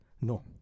No